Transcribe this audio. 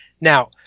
Now